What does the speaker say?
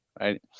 right